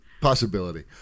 Possibility